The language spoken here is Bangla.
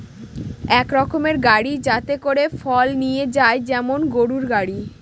এক রকমের গাড়ি যাতে করে ফল নিয়ে যায় যেমন গরুর গাড়ি